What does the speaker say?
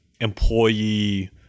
employee